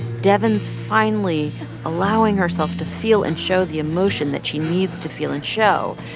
devyn's finally allowing herself to feel and show the emotion that she needs to feel and show.